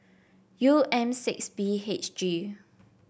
U M six B H G